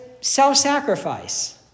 self-sacrifice